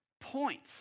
points